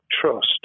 trust